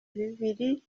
bibiri